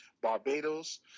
Barbados